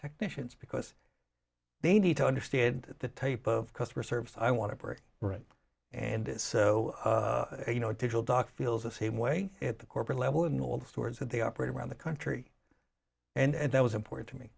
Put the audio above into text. technicians because they need to understand the type of customer service i want to write and so you know digital doc feels the same way at the corporate level in all the stores that they operate around the country and that was important to me